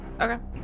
Okay